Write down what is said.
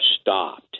stopped